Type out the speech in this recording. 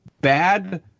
bad